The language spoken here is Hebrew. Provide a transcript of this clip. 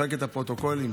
מחלקת הפרוטוקולים,